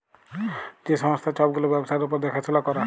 যে সংস্থা ছব গুলা ব্যবসার উপর দ্যাখাশুলা ক্যরে